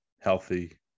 healthy